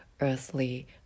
earthly